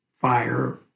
Fire